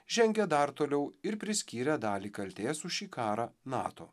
žengia dar toliau ir priskyrė dalį kaltės už šį karą nato